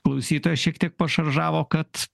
klausytojai šiek tiek pašaržavo kad